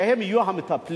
שהם יהיו המטפלים?